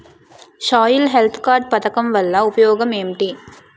Soil health card పథకం వల్ల ఉపయోగం ఏంటి?